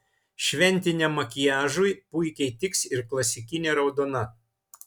šventiniam makiažui puikiai tiks ir klasikinė raudona